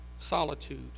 solitude